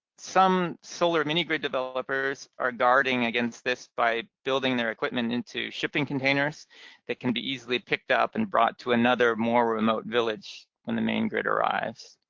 some solar mini-grid developers are guarding against this by building their equipment into shipping containers that can be easily picked up and brought to another more remote village when the main grid arrives.